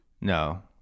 No